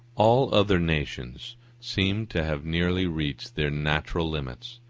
all other nations seem to have nearly reached their natural limits,